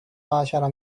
عشر